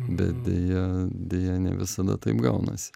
bet deja deja ne visada taip gaunasi